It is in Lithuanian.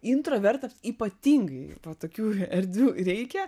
introvertams ypatingai va tokių erdvių reikia